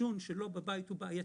שהעישון שלו בבית הוא בעייתי,